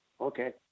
Okay